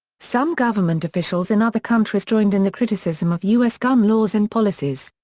some government officials in other countries joined in the criticism of u s. gun laws and policies.